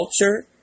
culture